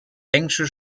englische